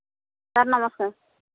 sir ନମସ୍କାର୍